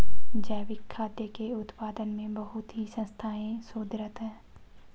जैविक खाद्य के उत्पादन में बहुत ही संस्थाएं शोधरत हैं